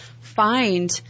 Find